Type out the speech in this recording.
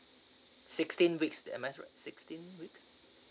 sixteen weeks am I right sixteen week